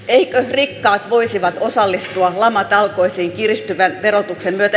eivätkö rikkaat voisi osallistua lamatalkoisiin kiristyvän verotuksen myötä